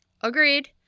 Agreed